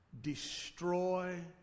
destroy